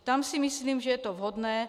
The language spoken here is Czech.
Tam si myslím, že je to vhodné.